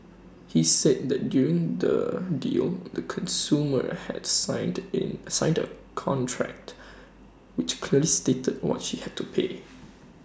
he said that during the deal the consumer had signed an signed A contract which clearly stated what she had to pay